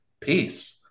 Peace